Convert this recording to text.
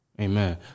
amen